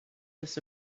this